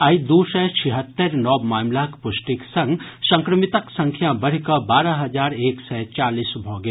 आइ दू सय छिहत्तरि नव मामिलाक पुष्टिक संग संक्रमितक संख्या बढ़ि कऽ बारह हजार एक सय चालीस भऽ गेल